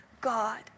God